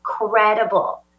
incredible